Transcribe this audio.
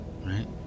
right